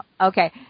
okay